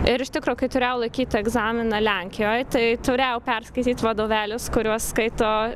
ir iš tikro kai turėjau laikyti egzaminą lenkijoj tai turėjau perskaityt vadovėlius kuriuos skaito